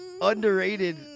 underrated